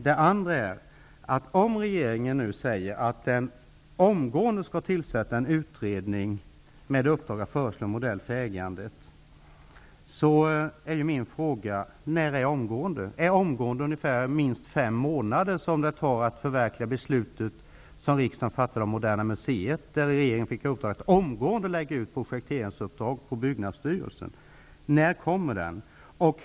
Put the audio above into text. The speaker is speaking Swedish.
Det andra är att om regeringen säger att den omgående skall tillsätta en utredning med uppdraget att föreslå en modell för ägandet, är min fråga: När är omgående? Är omgående detsamma som minst fem månader som det har tagit att förverkliga det beslut som riksdagen fattade om Moderna museet, där regeringen fick uppdraget att omgående lägga ut projekteringsuppdrag på Byggnadsstyrelsen? När kommer utredningen?